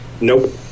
Nope